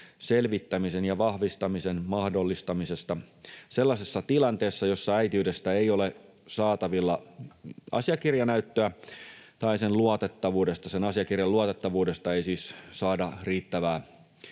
selvittämisen ja vahvistamisen mahdollistamisesta sellaisessa tilanteessa, jossa äitiydestä ei ole saatavilla asiakirjanäyttöä tai sen asiakirjan luotettavuudesta ei siis saada riittävää